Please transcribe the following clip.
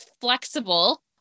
flexible